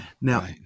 Now